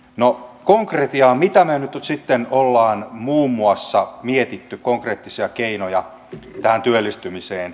no konkretiaa mitä me nyt sitten olemme muun muassa miettineet konkreettisia keinoja tähän työllistymiseen